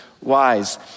wise